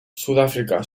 sudáfrica